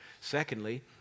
secondly